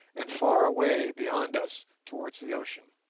and far away beyond us towards the ocean.